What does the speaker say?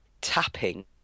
tapping